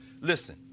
listen